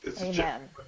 Amen